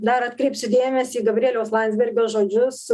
dar atkreipsiu dėmesį į gabrieliaus landsbergio žodžius